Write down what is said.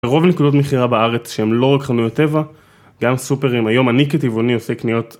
רוב הנקודות מכירה בארץ שהם לא רק חנויות טבע, גם סופרים. היום אני כטבעוני עושה קניות.